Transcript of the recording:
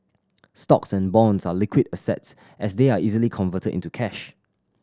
stocks and bonds are liquid assets as they are easily converted into cash